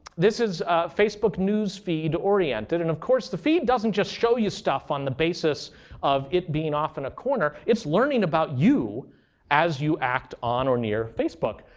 this is facebook news feed oriented. and of course, the feed doesn't just show you stuff on the basis of it being off in a corner. it's learning about you as you act on or near facebook.